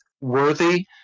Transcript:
Worthy